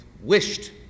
wished